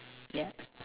ya